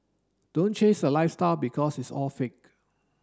don't chase the lifestyle because it's all fake